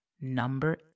Number